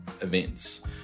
events